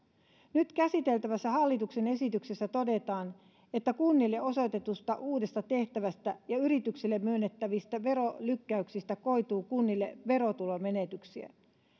nyt käsiteltävässä hallituksen esityksessä todetaan että kunnille osoitetusta uudesta tehtävästä ja yrityksille myönnettävistä verolykkäyksistä koituu kunnille verotulomenetyksiä